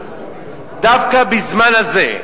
דווקא בזמן הזה,